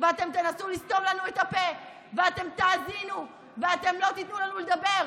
ואתם תנסו לסתום לנו את הפה ואתם תאזינו ואתם לא תיתנו לנו לדבר,